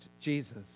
Jesus